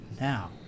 Now